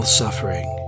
suffering